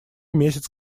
месяц